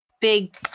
big